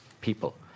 people